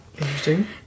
Interesting